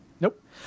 Nope